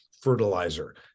fertilizer